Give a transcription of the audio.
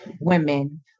women